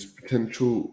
potential